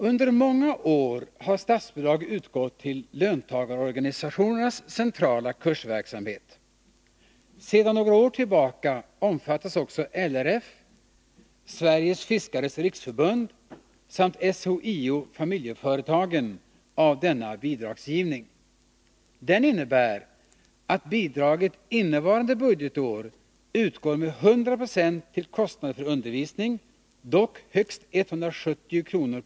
Under många år har statsbidrag utgått till löntagarorganisationernas centrala kursverksamhet. Sedan några år tillbaka omfattas också LRF, Sveriges fiskares riksförbund samt SHIO-Familjeföretagen av denna bidragsgivning. Den innebär att bidräg innevarande budgetår utgår med 100 9? till kostnader för undervisning, dock högst 170 kr.